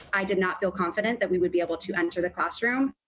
i did not feel confident that we would be able to enter the classroom